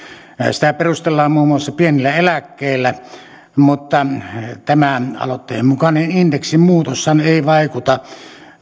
sitä perustellaan muun muassa pienillä eläkkeillä mutta tämän aloitteen mukainen indeksimuutoshan ei vaikuta